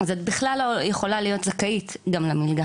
אז את בכלל לא יכולה להיות זכאית גם למלגה.